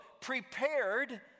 prepared